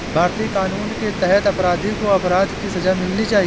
भारतीय कानून के तहत अपराधी को अपराध की सजा मिलनी चाहिए